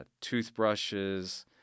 toothbrushes